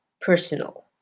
personal